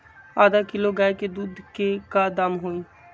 आधा किलो गाय के दूध के का दाम होई?